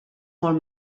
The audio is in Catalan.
molt